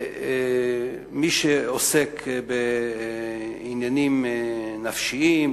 מי שעוסק בעניינים נפשיים,